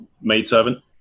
maidservant